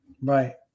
right